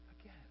again